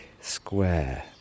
square